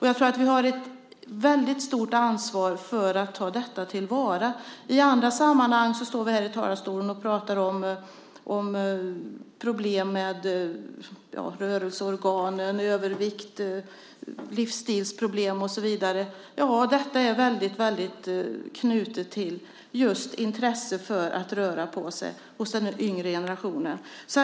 Jag tror att vi har ett väldigt stort ansvar för att ta till vara detta. I andra sammanhang står vi här i talarstolen och pratar om problem med rörelseorganen, övervikt, livsstil och så vidare. Ja, detta är väldigt knutet till just intresset för att röra på sig hos den yngre generationen.